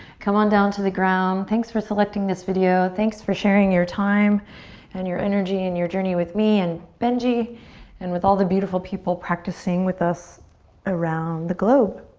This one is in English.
come on down to the ground. thanks for selecting this video. thanks for sharing your time and your energy and your journey with me and benji and with all the beautiful people practicing with us around the globe.